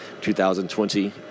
2020